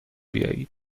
بیایید